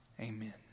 Amen